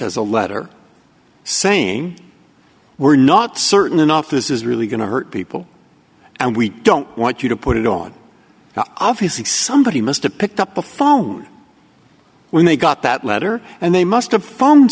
as a letter saying we're not certain enough this is really going to hurt people and we don't want you to put it on obviously somebody must have picked up the phone when they got that letter and they must have